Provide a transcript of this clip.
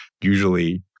usually